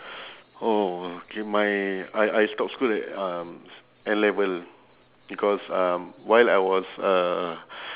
okay my I I stop school at um N-level because um while I was uh